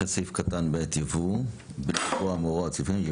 אחרי סעיף קטן (ב) יבוא: "(ג)בלי לגרוע מהוראות סעיפים 12(א) ו-156(א),